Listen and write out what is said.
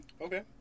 Okay